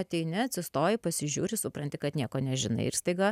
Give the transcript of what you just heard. ateini atsistoji pasižiūri supranti kad nieko nežinai ir staiga